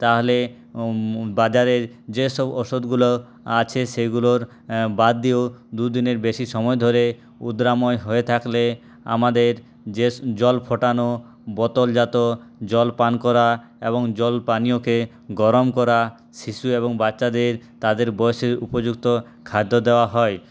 তাহলে বাজারে যেসব ঔষধগুলো আছে সেগুলোর বাদ দিয়েও দুদিনের বেশি সময় ধরে উদ্রাময় হয়ে থাকলে আমাদের যে জল ফোটানো বোতলজাত জলপান করা এবং জল পানীয়কে গরম করা শিশু এবং বাচ্চাদের তাদের বয়সের উপযুক্ত খাদ্য দেওয়া হয়